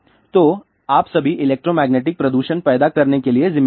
तो आप सभी इलेक्ट्रोमैग्नेटिक प्रदूषण पैदा करने के लिए जिम्मेदार हैं